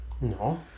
No